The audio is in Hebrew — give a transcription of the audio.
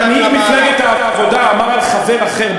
מנהיג מפלגת העבודה אמר על חבר אחר,